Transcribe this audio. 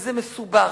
וזה מסובך,